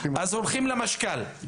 אז הולכים למשכ"ל.